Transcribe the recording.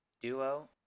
duo